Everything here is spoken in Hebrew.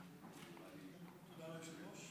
בבקשה, אנחנו נצביע.